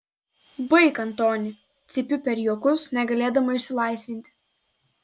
baik antoni cypiu per juokus negalėdama išsilaisvinti